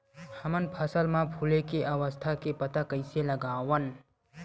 हमन फसल मा फुले के अवस्था के पता कइसे लगावन?